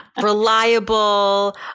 reliable